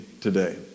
today